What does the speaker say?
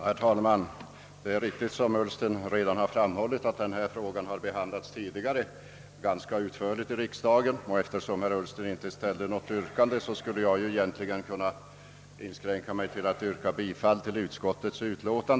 Herr talman! Det är riktigt att, som herr Ullsten redan har framhållit, denna fråga har behandlats tidigare ganska utförligt i riksdagen och eftersom herr Ullsten inte ställde något yrkande skulle jag egentligen kunna inskränka mig till att yrka bifall till utskottets förslag.